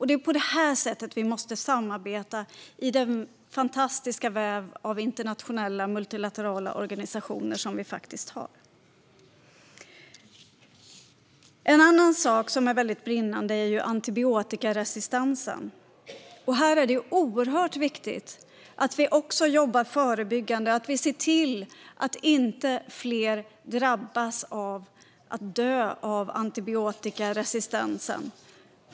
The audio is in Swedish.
Det är på det här sättet vi måste samarbeta i den fantastiska väv av internationella, multilaterala organisationer som vi har. En annan sak som är brinnande är antibiotikaresistensen. Här är det oerhört viktigt att vi också jobbar förebyggande och ser till att inte fler drabbas och dör på grund av antibiotikaresistens.